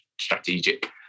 strategic